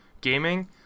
gaming